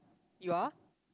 you are